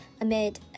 amid